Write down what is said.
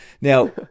Now